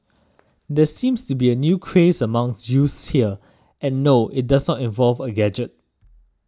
there seems to be a new craze among youths here and no it does not involve a gadget